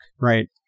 right